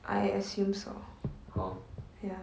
I assume so ya